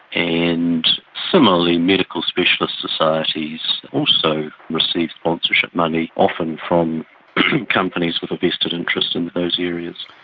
and similarly medical specialist societies also receive sponsorship money, often from companies with a vested interest in those areas.